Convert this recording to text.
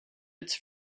its